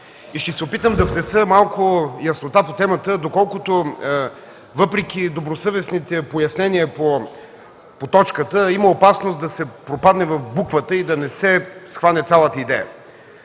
Ще се опитам да внеса малко яснота по темата, доколкото въпреки добросъвестните пояснения по точката, има опасност да се попадне в буквата и да не се схване цялата идея.